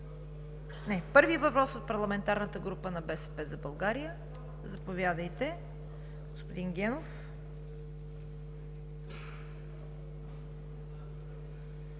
Първи въпрос от парламентарната група на „БСП за България“ – заповядайте, господин Генов.